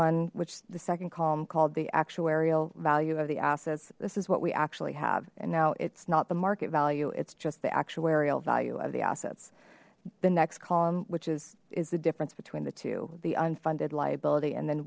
one which the second column called the actuarial value of the assets this is what we actually have and now it's not the market value it's just the actuarial value of the assets the next column which is is the difference between the two the unfunded liability and then